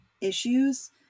issues